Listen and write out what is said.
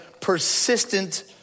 persistent